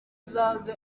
azaze